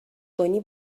کنی